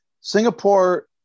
Singapore